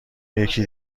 یکی